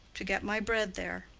to get my bread there.